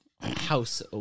house